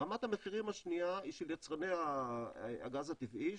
רמת המחירים השנייה היא של יצרני הגז הטבעי,